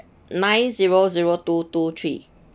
nine zero zero two two three